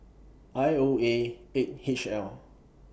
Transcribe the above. I O A eight H L